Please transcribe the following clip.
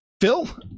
phil